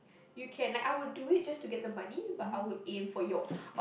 you can like I would do it just to get the money but I will aim for yours